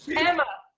emma,